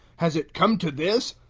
has it come to this,